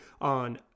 on